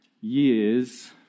years